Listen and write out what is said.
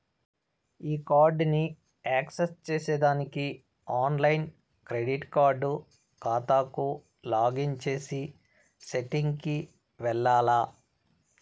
ఈ కార్డుని యాక్సెస్ చేసేదానికి ఆన్లైన్ క్రెడిట్ కార్డు కాతాకు లాగిన్ చేసే సెట్టింగ్ కి వెల్లాల్ల